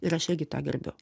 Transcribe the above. ir aš irgi tą gerbiu